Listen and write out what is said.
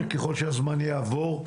ככל שהזמן יעבור,